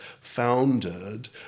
founded